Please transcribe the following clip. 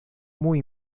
muy